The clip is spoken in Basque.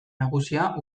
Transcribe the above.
nagusia